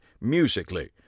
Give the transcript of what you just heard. musically